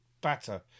batter